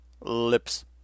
Lips